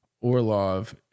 Orlov